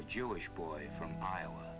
a jewish boy from iowa